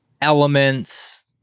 elements